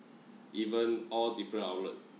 even all different outlet